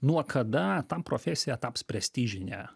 nuo kada ta profesija taps prestižine